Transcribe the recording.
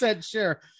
sure